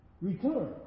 Return